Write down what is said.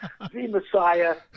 themessiah